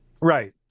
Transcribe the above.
Right